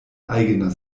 eigener